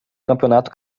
campeonato